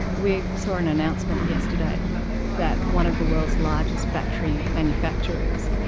we saw an announcement yesterday that one of the world's largest battery manufacturers,